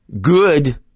good